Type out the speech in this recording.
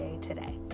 today